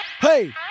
Hey